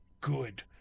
good